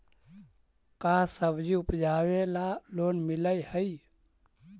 का सब्जी उपजाबेला लोन मिलै हई?